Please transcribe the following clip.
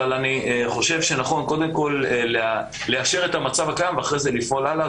אבל אני חושב שנכון קודם כול לאשר את המצב הקיים ואחרי זה לפעול הלאה.